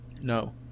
No